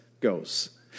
goes